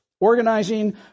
organizing